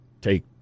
Take